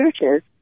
churches